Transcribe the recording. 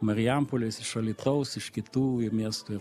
marijampolės iš alytaus iš kitų i miestų ir